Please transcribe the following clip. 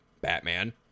Batman